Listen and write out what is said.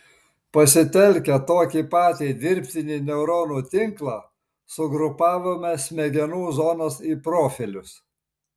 pasitelkę tokį patį dirbtinį neuronų tinklą sugrupavome smegenų zonas į profilius